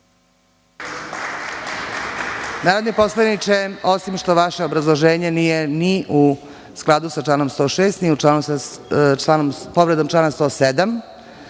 Narodni poslaničke osim što vaše obrazloženje nije ni u skladu sa članom 106. i povredom člana 107.